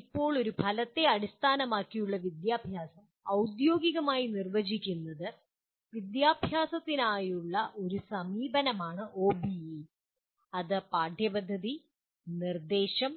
ഇപ്പോൾ ഒരു ഫലത്തെ അടിസ്ഥാനമാക്കിയുള്ള വിദ്യാഭ്യാസം ഔദ്യോഗികമായി നിർവചിക്കുന്നത് വിദ്യാഭ്യാസത്തിനായുള്ള ഒരു സമീപനമാണ് ഒബിഇ അത് പാഠ്യപദ്ധതി നിർദ്ദേശം